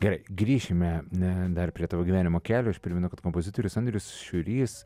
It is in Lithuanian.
gerai grįšime na dar prie tavo gyvenimo kelio aš primenu kad kompozitorius andrius šiurys